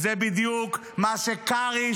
זה בדיוק מה שקרעי,